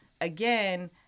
again